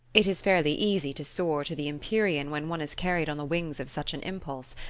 it is fairly easy to soar to the empyrean when one is carried on the wings of such an impulse,